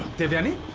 devyani.